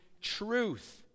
truth